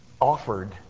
offered